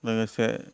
लोगोसे